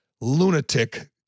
lunatic